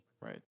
Right